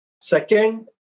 second